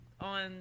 on